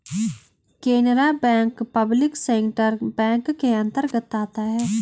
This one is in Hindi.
Canara bank public sector bank के अंतर्गत आता है